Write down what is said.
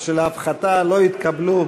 של ההפחתה לא התקבלו.